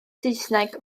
saesneg